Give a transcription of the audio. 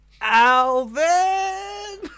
Alvin